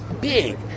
big